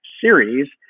series